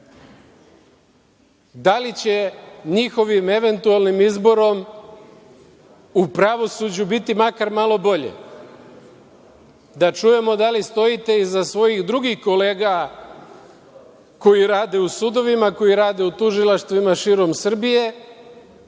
Da li će njihovim eventualnim izborom u pravosuđu biti makar malo bolje? Da čujemo da li stojite iza svojih drugih kolega koji rade u sudovima, koji rade u tužilaštvima širom Srbije